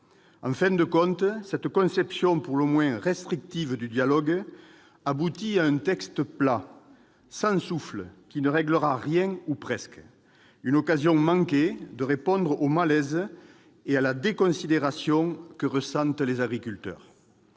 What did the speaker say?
En définitive, cette conception pour le moins restrictive du dialogue aboutit à un texte plat, sans souffle, qui ne réglera rien ou presque. C'est une occasion manquée de répondre au malaise et à la déconsidération que ressentent les agriculteurs.